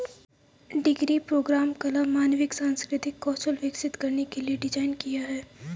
degree programme कला, मानविकी, सांस्कृतिक कौशल विकसित करने के लिए डिज़ाइन किया है